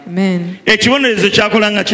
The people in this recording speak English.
Amen